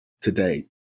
today